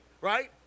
right